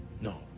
No